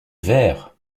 vers